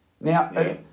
Now